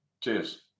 Cheers